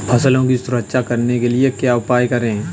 फसलों की सुरक्षा करने के लिए क्या उपाय करें?